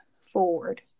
forward